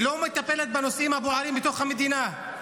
היא לא מטפלת בנושאים הבוערים בתוך המדינה.